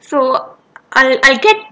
so I I get